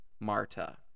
Marta